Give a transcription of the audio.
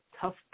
tough